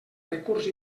recurs